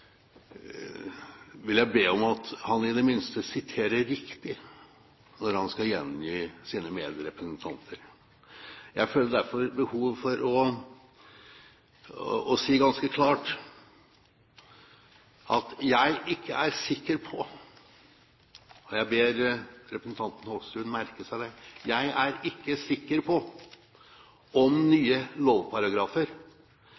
vil jeg be om at han i det minste siterer riktig når han skal gjengi sine medrepresentanter. Jeg føler derfor behov for ganske klart å si at jeg ikke er sikker på – og jeg ber representanten Hoksrud merke seg det